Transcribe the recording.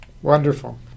Wonderful